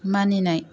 मानिनाय